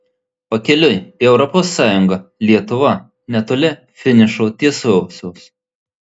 pakeliui į europos sąjungą lietuva netoli finišo tiesiosios